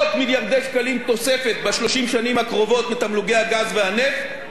הקרובות מתמלוגי הגז והנפט באמצעות הקמת ועדת-ששינסקי,